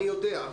אני יודע.